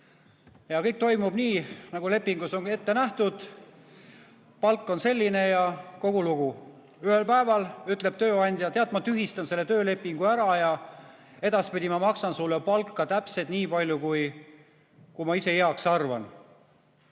Kõik toimub nii, nagu lepingus on ette nähtud. Palk on selline, ja kogu lugu. Ühel päeval ütleb tööandja: tead, ma tühistan selle töölepingu ära ja edaspidi ma maksan sulle palka täpselt nii palju, kui ma ise heaks arvan.